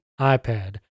iPad